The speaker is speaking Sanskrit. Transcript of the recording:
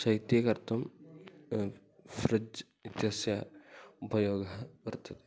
शैत्यीकर्तुं फ़्रिज् इत्यस्य उपयोगः वर्तते